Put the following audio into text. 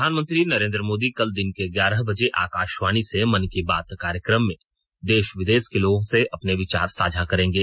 प्रधानमंत्री नरेन्द्र मोदी कल दिन के ग्यारह बजे आकाशवाणी से मन की बात कार्यक्रम में देश विदेश के लोगों से अपने विचार साझा करेंगे